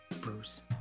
Bruce